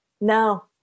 no